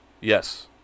Yes